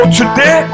today